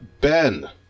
Ben